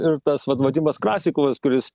ir tas vat vadimas krasikovas kuris